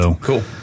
Cool